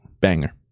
banger